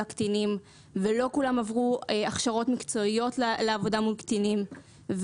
הקטינים ולא כולם עברו הכשרות מקצועיות לעבודה מול קטינים.